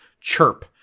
chirp